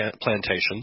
plantations